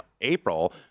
April